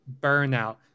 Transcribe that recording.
burnout